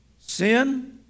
Sin